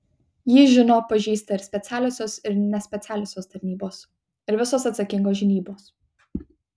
jį žino pažįsta ir specialiosios ir nespecialiosios tarnybos ir visos atsakingos žinybos